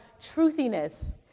truthiness